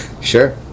Sure